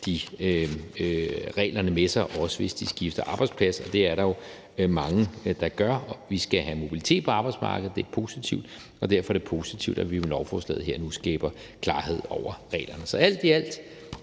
reglerne med sig, også hvis de skifter arbejdsplads. Det er der jo mange der gør, og det er positivt, for vi skal have mobilitet på arbejdsmarkedet. Derfor er det positivt, at vi med lovforslaget her nu skaber klarhed over reglerne. Så alt i alt